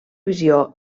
visió